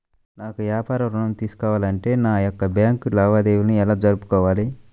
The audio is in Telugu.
నాకు వ్యాపారం ఋణం తీసుకోవాలి అంటే నా యొక్క బ్యాంకు లావాదేవీలు ఎలా జరుపుకోవాలి?